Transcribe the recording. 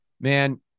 Man